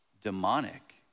demonic